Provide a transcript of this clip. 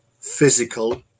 physical